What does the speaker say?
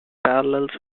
parallels